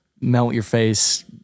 melt-your-face